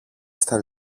στα